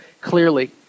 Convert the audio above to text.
clearly